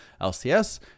lcs